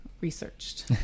researched